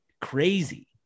crazy